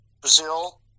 Brazil